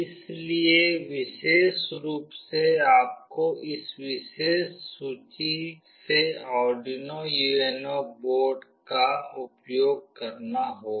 इसलिए विशेष रूप से आपको इस विशेष सूची से आर्डुइनो UNO बोर्ड का उपयोग करना होगा